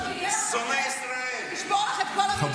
חבורה של שקרנים.